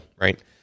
Right